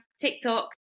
TikTok